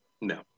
No